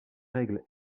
règles